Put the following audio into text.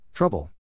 Trouble